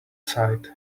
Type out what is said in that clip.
side